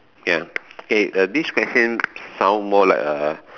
ya okay uh this question sound more like a